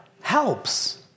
helps